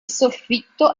soffitto